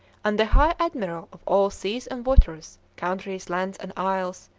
and the high admiral of all seas and waters, countries, lands, and isles,